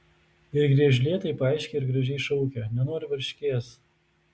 ir griežlė taip aiškiai ir gražiai šaukia nenoriu varškės